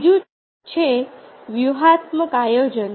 ત્રીજું છે વ્યૂહાત્મક આયોજન